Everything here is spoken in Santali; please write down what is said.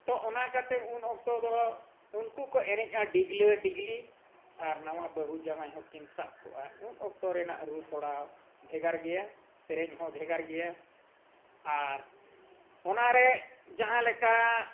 ᱛᱚ ᱚᱱᱟ ᱠᱟᱛᱮᱫ ᱩᱱ ᱚᱠᱛᱚ ᱫᱚ ᱩᱱᱠᱩ ᱠᱚ ᱮᱱᱮᱡᱼᱟ ᱰᱤᱜᱽᱞᱟᱹᱰᱤᱜᱽᱞᱤ ᱟᱨ ᱱᱟᱣᱟ ᱵᱟᱹᱦᱩ ᱡᱟᱶᱟᱭ ᱦᱚᱸ ᱠᱤᱱ ᱥᱟᱵ ᱠᱚᱜᱼᱟ ᱩᱱ ᱚᱠᱛᱚ ᱨᱮᱱᱟᱜ ᱨᱩ ᱛᱚᱲᱟᱣ ᱵᱷᱮᱜᱟᱨ ᱜᱮᱭᱟ ᱥᱮᱨᱮᱧ ᱦᱚᱸ ᱵᱷᱮᱜᱟᱨ ᱜᱮᱭᱟ ᱟᱨ ᱚᱱᱟᱨᱮ ᱡᱟᱦᱟᱸ ᱞᱮᱠᱟ